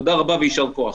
תודה רבה ויישר כוח.